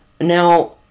Now